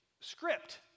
script